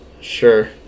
Sure